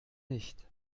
nicht